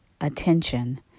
attention